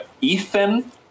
Ethan